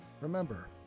Remember